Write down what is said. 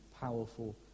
powerful